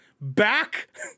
back